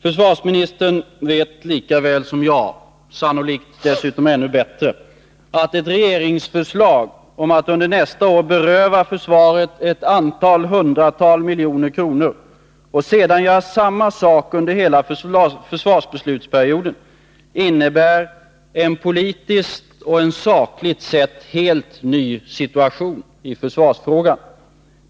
Försvarsministern vet lika väl som jag — sannolikt ännu bättre — att ett regeringsförslag om att nästa år beröva försvaret ett antal hundratal miljoner kronor, och att sedan göra samma sak under hela försvarsbeslutsperioden, innebär en politiskt och sakligt helt ny situation i försvarsfrågan.